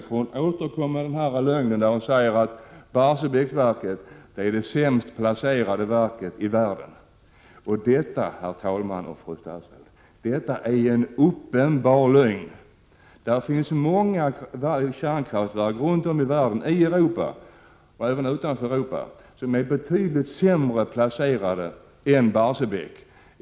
Hon återkom nämligen och sade att Barsebäcksverket är det sämst placerade verket i världen. Detta, herr talman och fru statsråd, är en uppenbar lögn. Det finns många kärnkraftverk runt om i världen, i och utanför Europa, som är betydligt sämre placerade än Barsebäck.